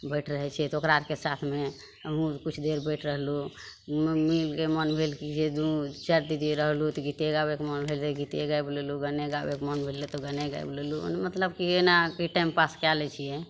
बैठ रहै छियै तऽ ओकरा आरके साथमे हमहुँ किछु देर बैस रहलहुॅं मिलके मोन भेल कि जे दू चारि दीदी रहलहुॅं तऽ गीते गाबैके मोन भेल तऽ गीते गाबि लेलहुॅं गाने गाबैके मोन भेलै तऽ गाने गाबि लेलहुॅं मतलब कि एनाके टाइम पास कए लै छियै